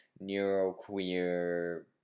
neuroqueer